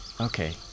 okay